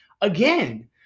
again